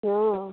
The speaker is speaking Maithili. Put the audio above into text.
हॅं